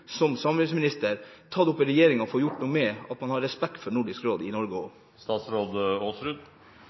som samarbeidsminister ta det opp med regjeringen og sørge for at man har respekt for Nordisk råd i Norge